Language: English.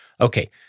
Okay